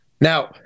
Now